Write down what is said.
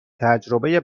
تجربه